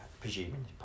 presuming